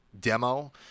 demo